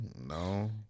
No